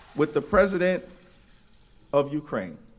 with the president of ukraine.